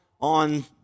on